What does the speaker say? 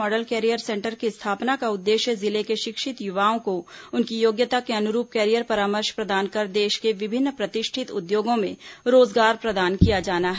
model career centre की स्थापना का उद्देश्य जिले के शिक्षित युवाओं को उनकी योग्यता के अनुरुप कैरियर परामर्श प्रदान कर देश के विभिन्न प्रतिष्ठित उद्योगों में रोजगार प्रदान किया जाना है